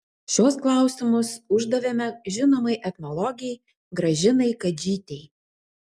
šiuos klausimus uždavėme žinomai etnologei gražinai kadžytei